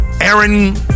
Aaron